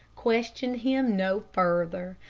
questioned him no further,